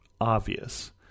obvious